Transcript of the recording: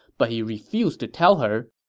but he refused to tell her,